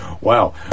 Wow